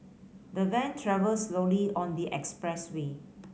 the van travelled slowly on the expressway